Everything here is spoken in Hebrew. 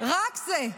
רק זה,